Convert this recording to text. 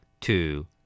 Two